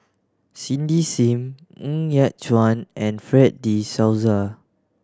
Cindy Sim Ng Yat Chuan and Fred De Souza